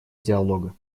диалога